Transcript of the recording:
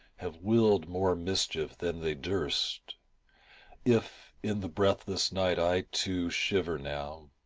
have willed more mischief than they durst if in the breathless night i too shiver now,